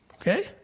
okay